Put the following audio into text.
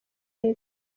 y’isi